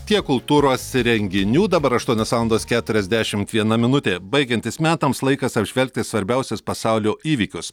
tiek kultūros renginių dabar aštuonios valandos keturiasdešimt viena minutė baigiantis metams laikas apžvelgti svarbiausius pasaulio įvykius